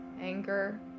anger